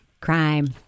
Crime